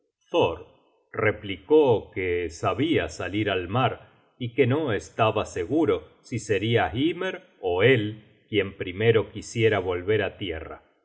thor replicó que sabia salir al mar y que no estaba seguro si seria hymer ó él quien primero quisiera volver á tierra su